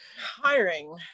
Hiring